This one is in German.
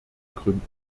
gründen